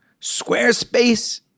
Squarespace